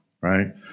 right